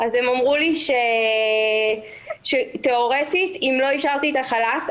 הם אמרו לי שתיאורטית אם לא אישרתי את החל"ת,